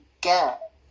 get